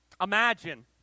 Imagine